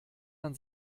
man